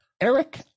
Eric